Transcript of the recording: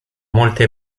molte